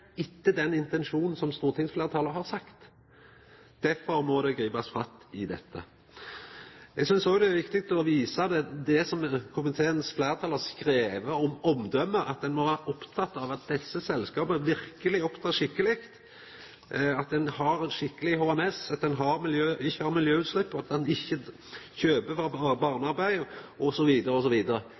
intensjonen til stortingsfleirtalet. Derfor må ein gripa fatt i dette. Eg synest òg det er viktig å visa til det som komiteens fleirtal har skrive om omdømme, at ein må vera oppteken av at desse selskapa verkeleg opptrer skikkeleg, at ein har ein skikkeleg HMS, at ein ikkje har miljøutslepp, at ein ikkje kjøper frå føretak som driv med barnearbeid,